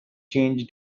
change